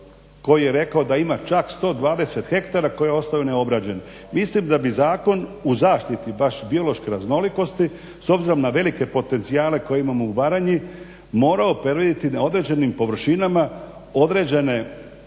koji je rekao da ima čak 120 hektara koji ostaju neobrađeni. Mislim da bi zakon u zaštiti baš biološke raznolikosti s obzirom na velike potencijale koje imamo u Baranji morao predvidjeti da određenim površinama, određene